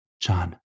John